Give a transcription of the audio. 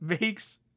makes